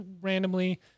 randomly